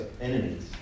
enemies